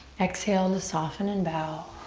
exhale to soften and bow.